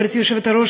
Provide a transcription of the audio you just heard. גברתי היושבת-ראש,